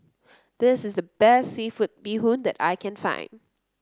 this is the best seafood Bee Hoon that I can find